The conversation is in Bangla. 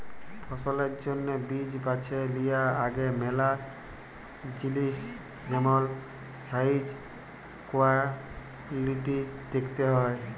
ফসলের জ্যনহে বীজ বাছে লিয়ার আগে ম্যালা জিলিস যেমল সাইজ, কোয়ালিটিজ দ্যাখতে হ্যয়